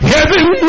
Heaven